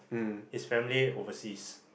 his family overseas